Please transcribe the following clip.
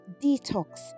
detox